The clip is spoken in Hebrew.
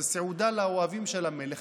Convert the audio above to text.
זו סעודה לאוהבים של המלך.